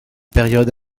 période